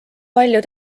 palju